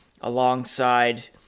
alongside